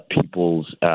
people's